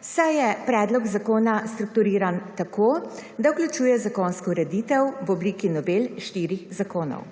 saj je predlog zakona strukturiran tako, da vključuje zakonsko ureditev v obliki novel štirih zakonov.